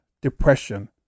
depression